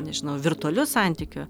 nežinau virtualiu santykiu